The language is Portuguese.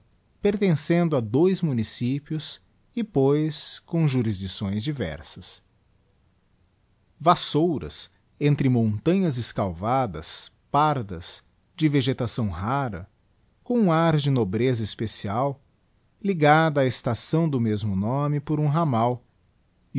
pertencendo a dois municípios e pois com jutisdicções diversas vassouras entre montanhas escalvadas pardas de vegetação rara com um ar de nobreza especial ligada á estação do mesmo nome por um ramal